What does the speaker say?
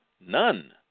None